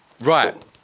Right